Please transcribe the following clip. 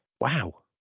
wow